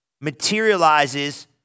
materializes